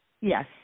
Yes